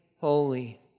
holy